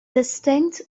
distinct